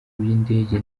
bw’indege